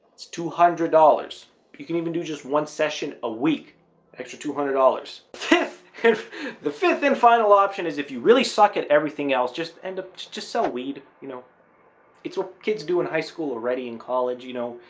it's two hundred dollars you can even do just one session a week extra two hundred dollars if the fifth and final option is if you really suck it everything else just end up just so we'd you know it's what kids do in high school already in college, you know?